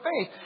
faith